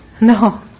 No